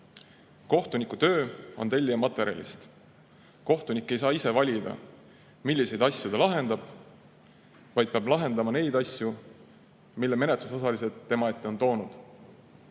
Kohtuniku töö on tellija materjalist. Kohtunik ei saa ise valida, milliseid asju ta lahendab, vaid peab lahendama neid asju, mille menetlusosalised tema ette on toonud.